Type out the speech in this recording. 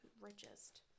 Richest